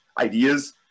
ideas